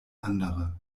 andere